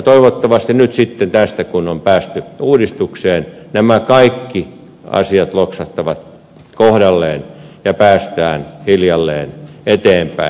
toivottavasti nyt sitten kun tästä on päästy uudistukseen nämä kaikki asiat loksahtavat kohdalleen ja päästään hiljalleen eteenpäin